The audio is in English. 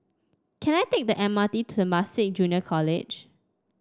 can I take the M R T to Temasek Junior College